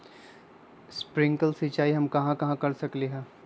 Sprinkle सिंचाई हम कहाँ कहाँ कर सकली ह?